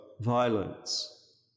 violence